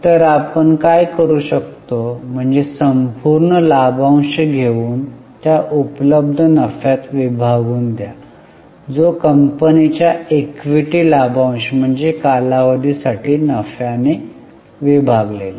तर आपण काय करू शकतो म्हणजे संपूर्ण लाभांश घेऊन त्या उपलब्ध नफ्यात विभागून द्या जो कंपनीच्या इक्विटी लाभांश म्हणजे कालावधीसाठी नफ्याने विभागलेला